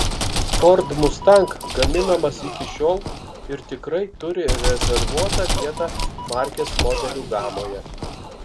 ford mustang gaminamas iki šiol ir tikrai turi rezervuotą vietą markės modelių gamoje